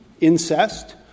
incest